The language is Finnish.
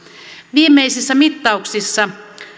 viimeisissä mittauksissa